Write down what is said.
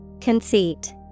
Conceit